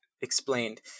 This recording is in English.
explained